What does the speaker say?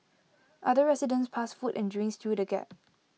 other residents passed food and drinks through the gap